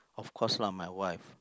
of course lah my wife